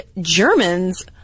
Germans